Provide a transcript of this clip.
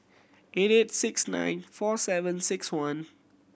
eight eight six nine four seven six one